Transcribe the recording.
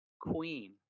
Queen